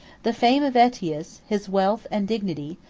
the fame of aetius, his wealth and dignity,